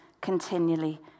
continually